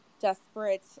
desperate